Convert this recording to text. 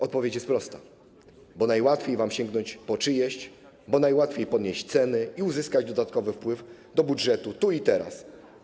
Odpowiedź jest prosta: bo najłatwiej wam sięgnąć po czyjeś, bo najłatwiej podnieść ceny i uzyskać dodatkowy wpływ do budżetu tu i teraz.